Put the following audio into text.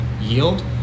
yield